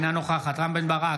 אינה נוכחת רם בן ברק,